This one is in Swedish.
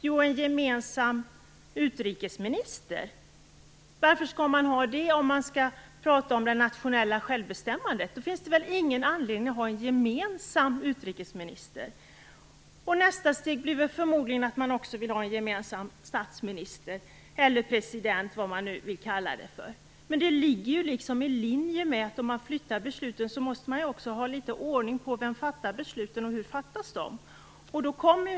Jo, en gemensam utrikesminister. Varför skall man ha en sådan om man talar om nationellt självbestämmande? I så fall finns det väl ingen anledning att ha en gemensam utrikesminister. Nästa steg blir väl förmodligen att man också vill ha en gemensam statsminister eller president eller vad man nu vill kalla det. Men om besluten flyttas måste man ju också ha litet ordning på vem som fattar besluten och hur besluten fattas.